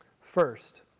First